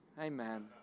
Amen